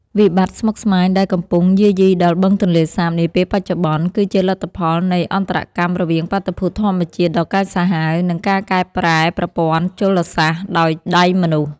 វិបត្តិស្មុគស្មាញដែលកំពុងយាយីដល់បឹងទន្លេសាបនាពេលបច្ចុប្បន្ន គឺជាលទ្ធផលនៃអន្តរកម្មរវាងបាតុភូតធម្មជាតិដ៏កាចសាហាវ និងការកែប្រែប្រព័ន្ធជលសាស្ត្រដោយដៃមនុស្ស។